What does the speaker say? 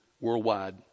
worldwide